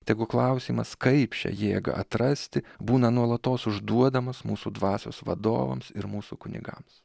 tegu klausimas kaip šią jėgą atrasti būna nuolatos užduodamas mūsų dvasios vadovams ir mūsų kunigams